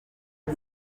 uba